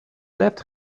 left